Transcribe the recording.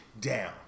down